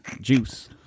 juice